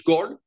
God